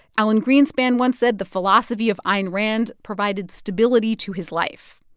alan greenspan once said the philosophy of ayn rand provided stability to his life.